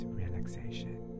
relaxation